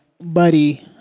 Buddy